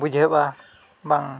ᱵᱩᱡᱷᱟᱹᱜᱼᱟ ᱵᱟᱝ